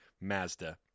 Mazda